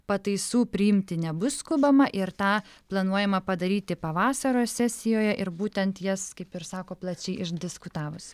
pataisų priimti nebus skubama ir tą planuojama padaryti pavasario sesijoje ir būtent jas kaip ir sako plačiai išdiskutavus